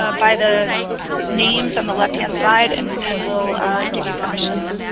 ah by the names on the left hand side and and we'll give you permission,